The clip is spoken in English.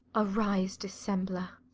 arise, dissembler